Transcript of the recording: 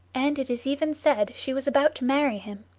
and it is even said she was about to marry him.